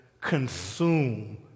consume